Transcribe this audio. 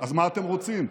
אז מה אתם רוצים?